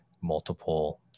multiple